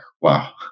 wow